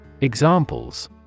Examples